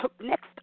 next